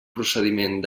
procediment